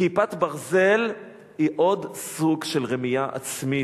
"כיפת ברזל" היא עוד סוג של רמייה עצמית.